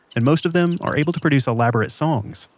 and most of them are able to produce elaborate songs,